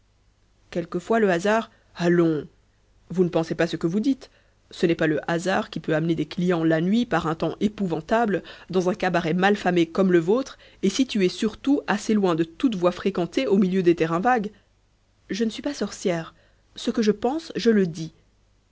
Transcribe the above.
quelquefois le hasard allons vous ne pensez pas ce que vous dites ce n'est pas le hasard qui peut amener des clients la nuit par un temps épouvantable dans un cabaret mal famé comme le vôtre et situé surtout assez loin de toute voie fréquentée au milieu des terrains vagues je ne suis pas sorcière ce que je pense je le dis